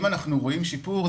אם אנחנו רואים שיפור,